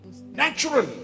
natural